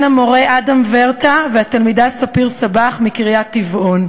המורה אדם ורטה לתלמידה ספיר סבאח מקריית-טבעון.